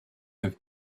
have